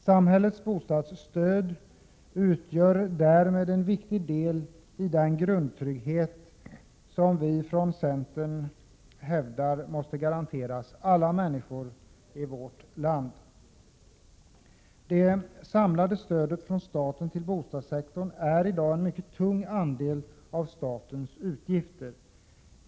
Samhällets bostadsstöd utgör därmed en viktig del i den grundtrygghet vi från centerns sida hävdar måste garanteras alla människor i vårt land. Det samlade stödet från staten till bostadssektorn är i dag en mycket tung andel av statens utgifter.